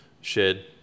shed